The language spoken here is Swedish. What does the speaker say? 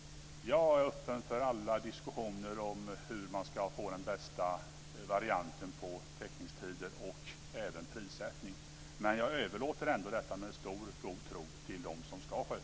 Jag är öppen för alla diskussioner om hur man ska få den bästa varianten vad gäller teckningstider och även prissättning. Men jag överlåter ändå detta med stort förtroende åt dem som ska sköta det.